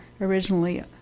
originally